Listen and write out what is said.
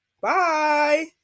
Bye